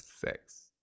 six